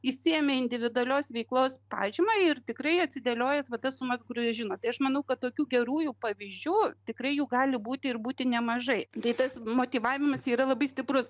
išsiėmė individualios veiklos pažymą ir tikrai atidėliojęs vat tas sumas kur jus žinot tai aš manau kad tokių gerųjų pavyzdžių tikrai jų gali būti ir būti nemažai tai tas motyvavimas yra labai stiprus